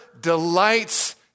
delights